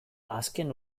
azken